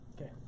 Okay